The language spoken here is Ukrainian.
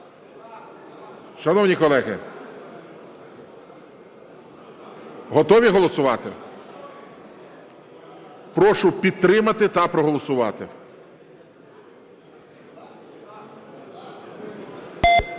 Шановні колеги, готові голосувати? Прошу підтримати та проголосувати.